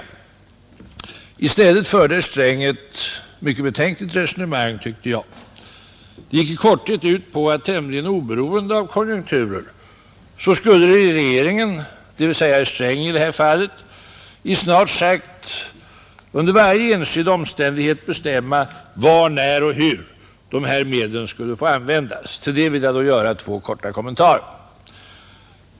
I stället förde herr Sträng ett mycket betänkligt resonemang, tycker jag. Det gick i korthet ut på att tämligen oberoende av konjunkturer skulle regeringen, dvs. i detta fall herr Sträng, snart sagt under alla omständigheter bestämma var, när och hur dessa medel skulle få användas. Till det vill jag då göra två korta kommentarer.